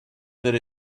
that